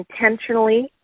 intentionally